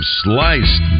sliced